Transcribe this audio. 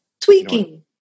Tweaking